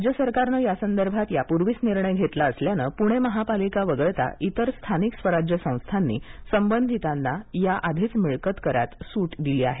राज्य सरकारनं यासंदर्भात यापूर्वीच निर्णय घेतला असल्याने पुणे महापालिका वगळता इतर स्थानिक स्वराज्य संस्थांनी संबंधितांना या आधीच मिळकतकरात सूट दिली आहे